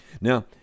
Now